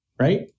right